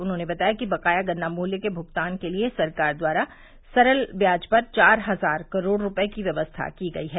उन्होंने बताया कि बकाया गन्ना मूल्य के भुगतान के लिए सरकार द्वारा सरल ब्याज पर चार हजार करोड़ रूपये की व्यवस्था की गई है